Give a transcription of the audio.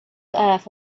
earth